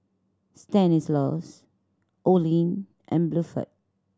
Stanislaus Olene and Bluford